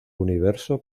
universo